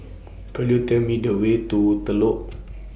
Could YOU Tell Me The Way to Telok